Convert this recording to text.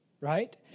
right